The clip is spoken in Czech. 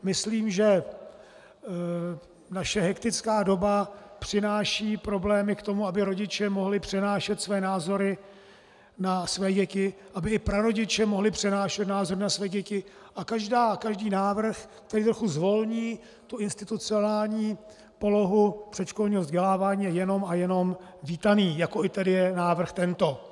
Myslím, že naše hektická doba přináší problémy k tomu, aby rodiče mohli přenášet své názory na své děti, aby i prarodiče mohli přenášet názory na své děti, a každý návrh, který trochu zvolní tu institucionální polohu předškolního vzdělávání, je jenom a jenom vítaný, jako tedy je i návrh tento.